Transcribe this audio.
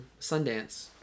Sundance